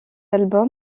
album